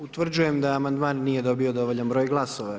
Utvrđujem da amandman nije dobio dovoljan broj glasova.